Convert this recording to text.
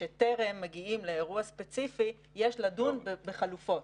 שטרם מגיעים לאירוע ספציפי יש לדון בחלופות.